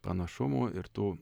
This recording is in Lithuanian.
panašumų ir tų